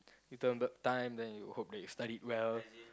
you turn back time then you hope that you studied well